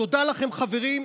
תודה לכם, חברים.